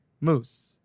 moose